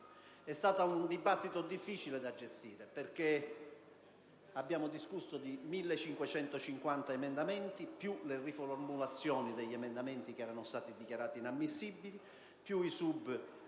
È stato un dibattito difficile da gestire. Abbiamo discusso di 1.550 emendamenti oltre alle riformulazioni degli emendamenti che erano stati dichiarati inammissibili e ai subemendamenti